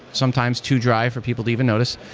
sometimes too dry for people to even notice.